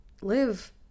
live